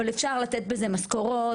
אבל אפשר לתת בזה משכורות,